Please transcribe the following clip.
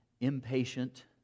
impatient